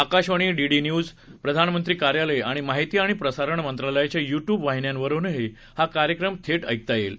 Akashvani DD news प्रधानमंत्री कार्यालय आणि महिती आणि प्रसारण मंत्रालयाच्या युट्यूब वाहिन्यांवरही हा कार्यक्रम थेट ऐकता येईल